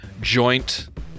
joint